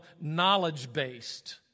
knowledge-based